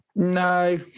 no